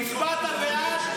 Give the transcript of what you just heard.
הצבעת בעד?